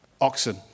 Oxen